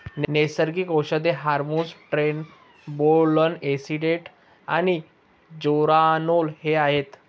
नैसर्गिक औषधे hormones trenbolone acetate आणि जेरानोल हे आहेत